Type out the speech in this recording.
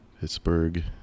Pittsburgh